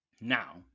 Now